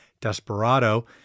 Desperado